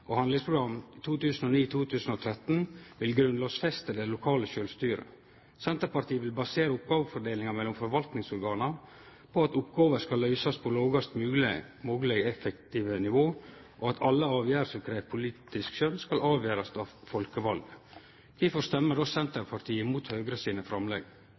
og handlingsprogram for 2009–2013 vil grunnlovfeste det lokale sjølvstyret. Senterpartiet vil basere oppgåvefordelinga mellom forvaltingsorgana på at oppgåver skal løysast på det lågast moglege effektive nivå, og at alle avgjerder som krev politisk skjøn, skal avgjerast av folkevalde. Kvifor stemmer då Senterpartiet imot Høgre sine framlegg?